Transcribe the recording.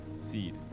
seed